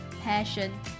passion